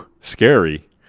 scary